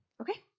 Okay